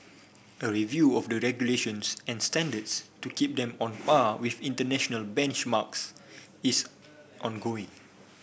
a review of the regulations and standards to keep them on par with international benchmarks is ongoing